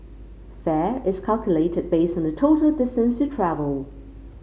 fare is calculated based on the total distance you travel